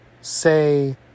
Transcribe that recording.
say